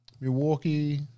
Milwaukee